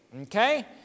okay